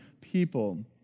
people